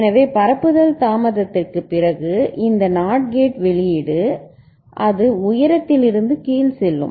எனவே பரப்புதல் தாமதத்திற்குப் பிறகு இந்த NOT கேட் வெளியீடு அது உயரத்திலிருந்து கீழ் செல்லும்